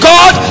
God